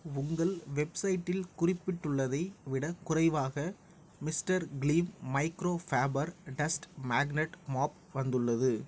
உங்கள் வெப்சைட்டில் குறிப்பிட்டுள்ளதை விடக் குறைவாக மிஸ்டர் க்லீம் மைக்ரோஃபேபர் டஸ்ட் மேக்னட் மாப் வந்துள்ளது